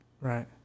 Right